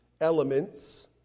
elements